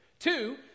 Two